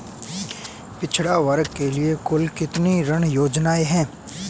पिछड़ा वर्ग के लिए कुल कितनी ऋण योजनाएं हैं?